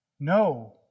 No